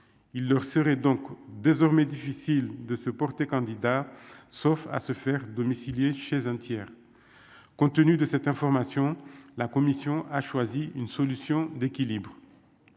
il leur serait donc désormais difficile de se porter candidat, sauf à se faire domicilier chez un tiers, compte tenu de cette information, la commission a choisi une solution d'équilibre